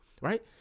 right